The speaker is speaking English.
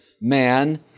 man